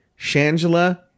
Shangela